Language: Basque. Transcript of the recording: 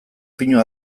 pinu